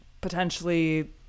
potentially